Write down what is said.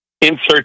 insert